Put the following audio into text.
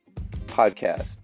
podcast